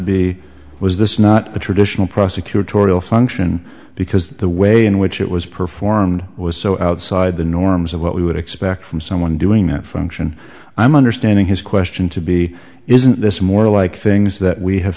be was this not a traditional prosecutorial function because the way in which it was performed was so outside the norms of what we would expect from someone doing that function i'm understanding his question to be isn't this more like things that we have